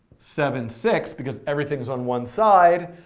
seven, six, because everything's on one side.